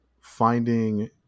finding